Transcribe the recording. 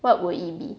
what would it be